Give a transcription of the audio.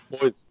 boys